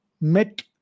met